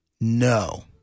No